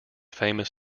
famous